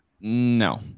No